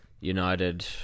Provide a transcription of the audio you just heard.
United